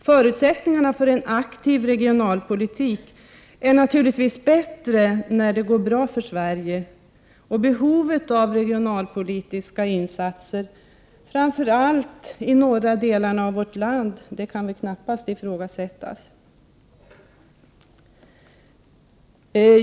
Förutsättningarna för en aktiv regionalpolitik är naturligtvis bättre när det går bra för Sverige, och behovet av regionalpolitiska insatser i framför allt de norra delarna av vårt land kan väl knappast ifrågasättas.